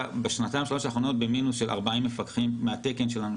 בשנתיים-שלוש האחרונות אנחנו במינוס 40 מפקחים מהתקן שלנו,